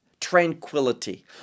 tranquility